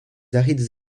arides